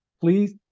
Please